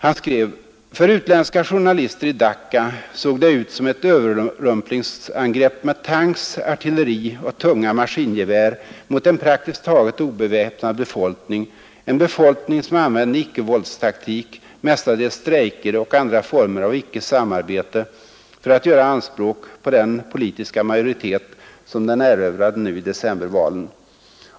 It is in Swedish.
Han skrev: ”För utländska journalister i Dacca såg det ut som ett överrumplingsangrepp med tanks, artilleri och tunga maskingevär mot en praktiskt taget obeväpnad befolkning — en befolkning som använde ickevåldstaktik, mestadels strejker och andra former av icke-samarbete, för att göra anspråk på den politiska majoritet som den erövrade nu i decembervalen.